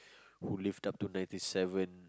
who lived up to ninety seven